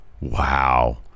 Wow